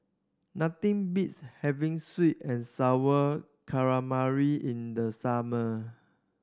nothing beats having sweet and Sour Calamari in the summer